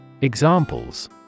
Examples